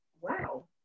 wow